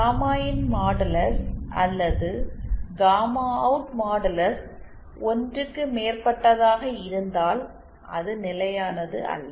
gamma இன் modulus அல்லது gamma out modulus ஒன்றுக்கு மேற்பட்டதாக இருந்தால் அது நிலையானது அல்ல